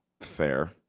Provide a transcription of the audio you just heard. Fair